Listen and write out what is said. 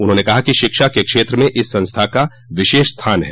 उन्होंने कहा कि शिक्षा के क्षेत्र में इस संस्था का विशेष स्थान है